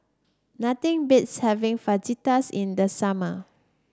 nothing beats having Fajitas in the summer